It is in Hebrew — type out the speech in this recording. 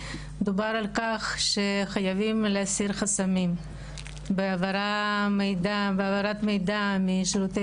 דובר על כך שחייבים להסיר חסמים בהעברת מידע משירותי